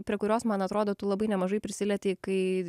prie kurios man atrodo tu labai nemažai prisilietei kai